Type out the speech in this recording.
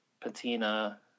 Patina